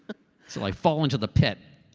so i fall into the pit.